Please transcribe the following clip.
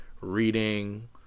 reading